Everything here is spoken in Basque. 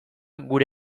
gure